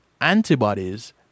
Antibodies